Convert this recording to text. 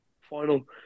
final